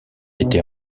été